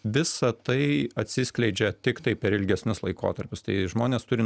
visa tai atsiskleidžia tiktai per ilgesnius laikotarpius tai žmonės turi